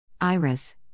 Iris